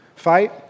Fight